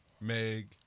Meg